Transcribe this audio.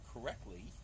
correctly